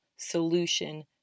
solution